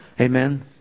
Amen